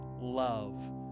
love